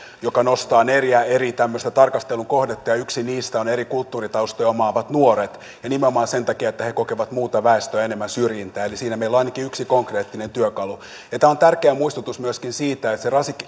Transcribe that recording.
joka nostaa neljä eri tarkastelukohdetta ja yksi niistä on eri kulttuuritaustoja omaavat nuoret ja nimenomaan sen takia että he kokevat muuta väestöä enemmän syrjintää eli siinä meillä on ainakin yksi konkreettinen työkalu tämä on tärkeä muistutus myöskin siitä että se